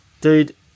Dude